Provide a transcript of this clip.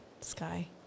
Sky